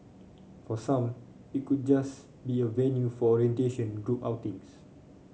for some it could just be a venue for orientation group outings